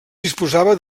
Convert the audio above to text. disposava